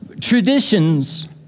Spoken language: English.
Traditions